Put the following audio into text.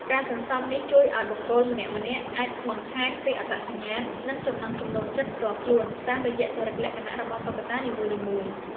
ការសន្សំនេះជួយឱ្យបុគ្គលម្នាក់ៗអាចបង្ហាញពីអត្តសញ្ញាណ និងចំណង់ចំណូលចិត្តផ្ទាល់ខ្លួនតាមរយៈចរិតលក្ខណៈរបស់តុក្កតានីមួយៗ។